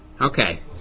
Okay